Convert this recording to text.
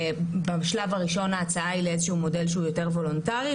בשלב הראשון ההצעה היא לאיזשהו מודל שהוא יותר וולונטרי,